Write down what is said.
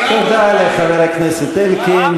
תודה לחבר הכנסת אלקין.